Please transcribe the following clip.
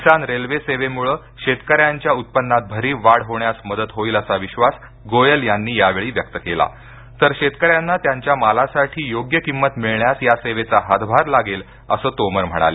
किसान railway सेवेमूळं शेतकऱ्यांच्या उत्पन्नात भरीव वाढ होण्यास मदत होईल असा विश्वास गोयल यांनी यावेळी व्यक्त केला तर शेतकऱ्यांना त्यांच्या मालासाठी योग्य किंमत मिळण्यास या सेवेचा हातभार लागेल असं तोमर म्हणाले